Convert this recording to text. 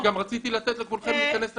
אני גם רציתי לתת לכולכם להיכנס בחינם,